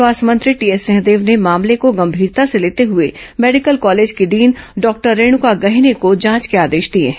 स्वास्थ्य मंत्री टीएस सिंहदेव ने मामले को गंभीरता से लेते हुए मेडिकल कॉलेज की डीन डॉक्टर रेणुका गहिने को जांच के आदेश दिए हैं